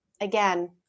again